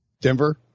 Denver